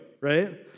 Right